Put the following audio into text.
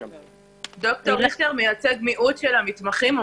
ריכטר מייצג מיעוט של מתמחים.